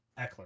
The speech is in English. eckler